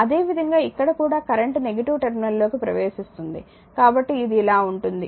అదే విధంగా ఇక్కడ కూడా కరెంట్ నెగిటివ్ టెర్మినల్ లోకి ప్రవేశిస్తుంది కాబట్టి ఇది ఇలా ఉంటుంది